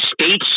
States